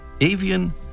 avian